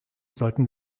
sollten